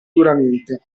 duramente